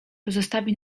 pozostawi